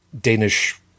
Danish